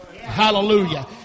Hallelujah